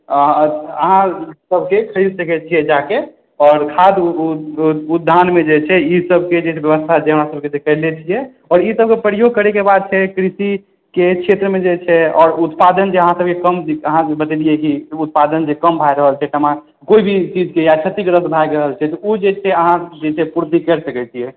अहाँसभके खरीद सकैत छियै जा कऽ आओर खाद उद्यानमे जे छै ई सभके जे छै से व्यवस्था छै हमरासभके लैत छियै आओर ई सभके प्रयोग करयके बाद कृषिके क्षेत्रमे जे छै आओर उत्पादन जे अहाँसभके कम अहाँ जे बतेलियै कि उत्पादन जे कम भए रहल छै कोइ भी चीजके या क्षति ग्रस्त भए रहल छै तऽ ओ जे छै अहाँ जे पूर्ति कए सकैत छियै